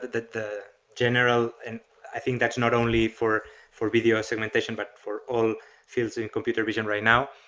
the the general, and i think that's not only for for video segmentation but for all fields in computer vision right now.